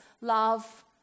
Love